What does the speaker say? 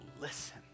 listen